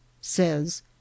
says